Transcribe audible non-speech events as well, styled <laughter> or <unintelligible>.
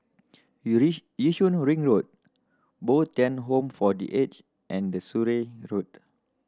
<unintelligible> Yishun Ring Road Bo Tien Home for The Aged and the Surrey Road